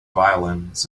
violins